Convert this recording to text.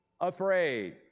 afraid